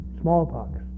smallpox